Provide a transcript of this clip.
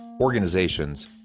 organizations